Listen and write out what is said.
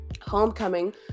Homecoming